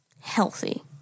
healthy